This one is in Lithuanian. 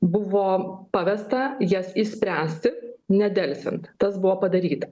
buvo pavesta jas išspręsti nedelsiant tas buvo padaryta